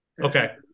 Okay